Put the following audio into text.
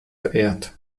verehrt